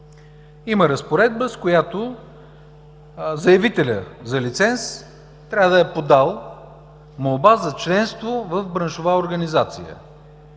има разпоредба, с която заявителят за лиценз трябва да е подал молба за членство в браншова организация,